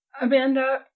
Amanda